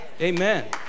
Amen